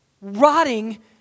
rotting